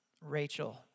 Rachel